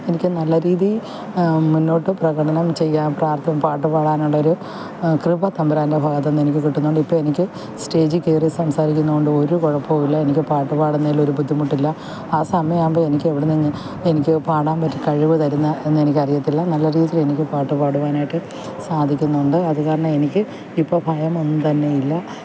എനിക്ക് നല്ല രീതിയിൽ മുന്നോട്ട് പ്രകടനം ചെയ്യാന് പ്രാര്ത്തും പാട്ട് പാടാനുള്ളൊരു കൃപ തമ്പുരാന്റെ ഭാഗത്തെനിക്ക് കിട്ടുന്നുണ്ട് ഇപ്പം എനിക്ക് സ്റ്റേജിൽ കയറി സംസാരിക്കുന്നുണ്ട് ഒര് കുഴപ്പവുമില്ല എനിക്ക് പാട്ട് പാടുന്നതിലൊരു ബുദ്ധിമുട്ടില്ല ആ സമയം ആകുമ്പം എനിക്കെവിടുന്നെങ്കിലും എനിക്ക് പാടാന് പറ്റ് കഴിവ് തരുന്നത് എന്ന് എനിക്കറിയത്തില്ല നല്ല രീതിയിലെനിക്ക് പാട്ട് പാടുവാനായിട്ട് സാധിക്കുന്നുണ്ട് അത് കാരണമെനിക്ക് ഇപ്പം ഭയമൊന്നും തന്നെയില്ല